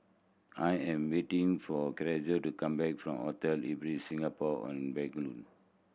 I am waiting for Carisa to come back from Hotel Ibis Singapore On Bencoolen